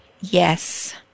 Yes